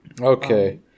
Okay